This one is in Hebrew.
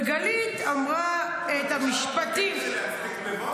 וגלית אמרה את המשפטים --- עכשיו את בקטע של להצדיק גנבות?